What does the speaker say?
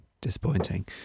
disappointing